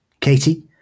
Katie